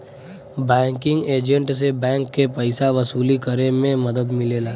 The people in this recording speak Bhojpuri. बैंकिंग एजेंट से बैंक के पइसा वसूली करे में मदद मिलेला